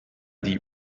die